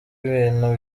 ibintu